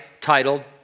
titled